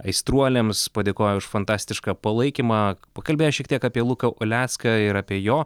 aistruoliams padėkojo už fantastišką palaikymą pakalbėjęs šiek tiek apie luką ulecką ir apie jo